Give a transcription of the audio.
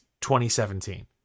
2017